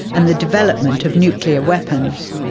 and the development of nuclear weapons.